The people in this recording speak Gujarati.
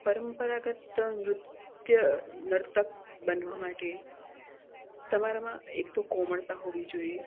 પરંપરાગત નૃત્ય નર્તક બનવા માટે તમારામાં એક તો કોમળતા હોવી જોઈએ